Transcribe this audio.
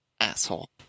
asshole